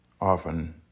often